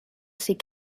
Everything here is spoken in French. ces